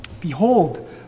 Behold